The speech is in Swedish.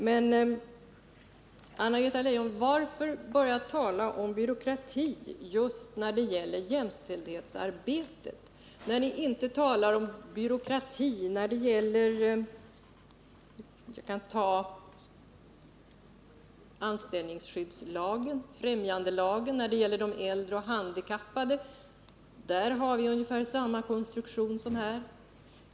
Men, Anna-Greta Leijon, varför börja tala om byråkrati just när det gäller jämställdhetsarbetet, när ni inte talar om byråkrati när det gäller lagen om anställningsskydd samt främjandelagen beträffande äldre och handikappade. Där har vi ju ungefär samma konstruktion som här.